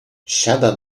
siada